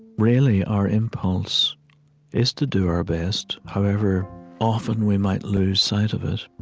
really, our impulse is to do our best, however often we might lose sight of it,